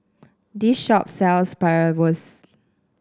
this shop sells Bratwurst